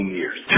years